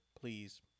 please